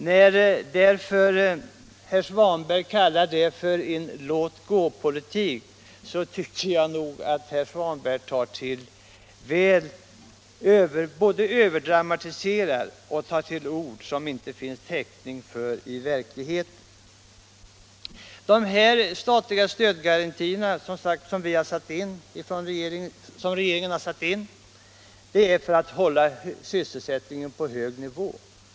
När herr Svanberg kallar det för en låtgåpolitik tycker jag att herr Svanberg överdramatiserar och tar till ord som det inte finns täckning för i verkligheten. De statliga stödåtgärderna har regeringen som sagt satt in för att hålla sysselsättningen på en hög nivå.